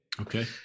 Okay